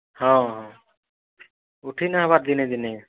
ହଁ ଉଠି ନାଇଁ ହେବା ଦିନେ ଦିନେ